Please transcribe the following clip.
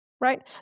right